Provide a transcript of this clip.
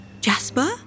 Jasper